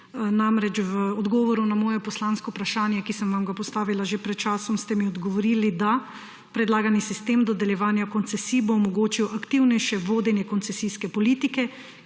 Namreč, v odgovoru na moje poslansko vprašanje, ki sem vam ga postavila že pred časom, ste mi odgovorili, da bo »predlagani sistem dodeljevanja koncesij omogočil aktivnejše vodenje koncesijske politike,